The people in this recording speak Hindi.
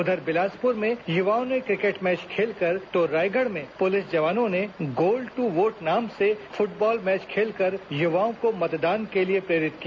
उधर बिलासपुर में युवाओं ने क्रिकेट भैच खेलकर तो रायगढ़ में पुलिस जवानों ने गोल दू वोट नाम से फुटबॉल मैच खेलकर युवाओं को मतदान के लिए प्रेरित किया